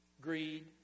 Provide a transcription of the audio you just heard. greed